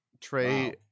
Trey